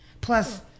Plus